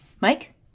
Mike